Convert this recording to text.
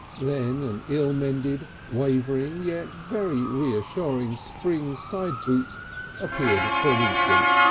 then an ill-mended, wavering, yet very reassuring spring side boot appeared for an instant.